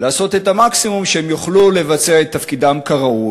היא לעשות את המקסימום כדי שהם יוכלו לבצע את תפקידם כראוי,